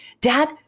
Dad